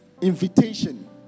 invitation